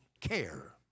care